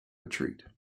retreat